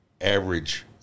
average